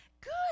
good